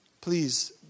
Please